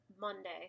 Monday